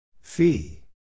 Fee